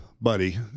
buddy